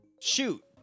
shoot